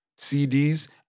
CDs